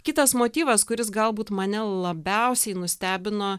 kitas motyvas kuris galbūt mane labiausiai nustebino